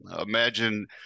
Imagine